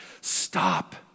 stop